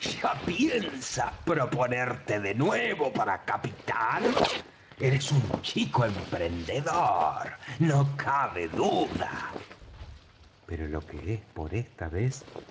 piensas proponerte de nuevo para capitán eres un chico emprendedo no cabe duda pero lo que es por esta vez